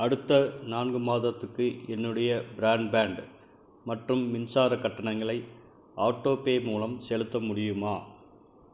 அடுத்த நான்கு மாதத்துக்கு என்னுடைய பிராண்ட்பேன்ட் மற்றும் மின்சார கட்டணங்களை ஆட்டோபே மூலம் செலுத்த முடியுமா